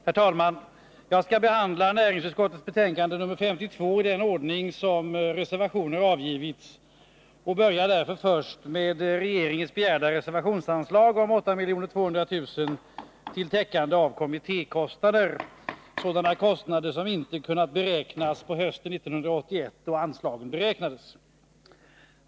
Herr talman! Jag skall behandla näringsutskottets betänkande nr 52 i den ordning som reservationer avgivits. Jag börjar därför med regeringens begärda reservationsanslag om 8 200 000 kr. till täckande av kommittékostnader. Det gäller sådana kostnader som inte kunnat beräknas på hösten 1981 då anslaget beräknades.